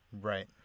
Right